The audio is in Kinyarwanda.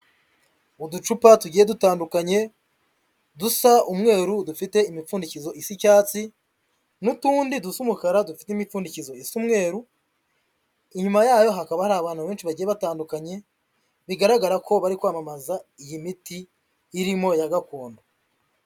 Uducupa tugiye dutandukanye dusa umweru dufite imipfundikizo isa icyatsi n'utundi dusa umukara, dufite imipfundikizo isa umweru, inyuma yayo hakaba hari abantu benshi bagiye batandukanye bigaragara ko bari kwamamaza iyi miti irimo iya gakondo.